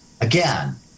again